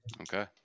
Okay